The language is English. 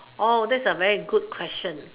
that's a very good question